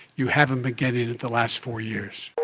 you haven't been getting it it the last four years.